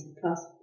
plus